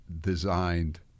designed